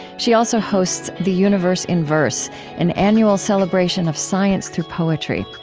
she also hosts the universe in verse an annual celebration of science through poetry.